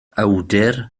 awdur